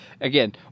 Again